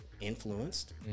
influenced